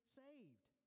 saved